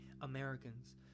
Americans